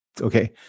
okay